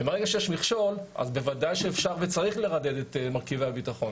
וברגע שיש מכשול אז בוודאי שאפשר וצריך לרדד את מרכיבי הביטחון,